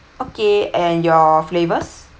okay and your flavors